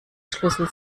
schlüssel